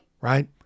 right